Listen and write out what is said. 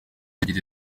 ebyiri